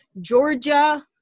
Georgia